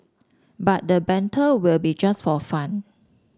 but the banter will be just for fun